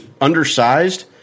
undersized